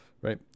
right